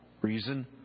Reason